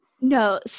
No